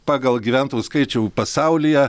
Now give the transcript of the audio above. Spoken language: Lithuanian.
pagal gyventojų skaičių pasaulyje